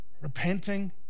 repenting